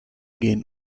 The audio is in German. gehen